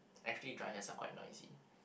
actually dryers are quite noisy